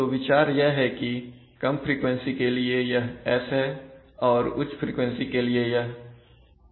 तो विचार यह है कि कम फ्रीक्वेंसी के लिए यह S है और उच्च फ्रीक्वेंसी के लिए यह 1T है